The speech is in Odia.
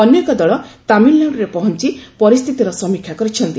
ଅନ୍ୟ ଏକ ଦଳ ତାମିଲନାଡ଼ରେ ପହଞ୍ଚ ପରିସ୍ଥିତିର ସମୀକ୍ଷା କରିଛନ୍ତି